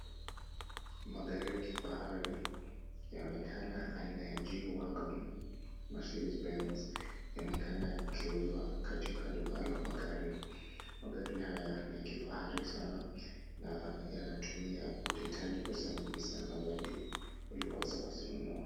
Magari ya kifahari yaonekana aina ya G wagon, Mercedes Benz yaonekana yakiuzwa katika duka la magari. Magari haya ni ya kifahari sana na yanatumia utahitaji pesa nyingi sana zaidi ili kuweza kuzinunua.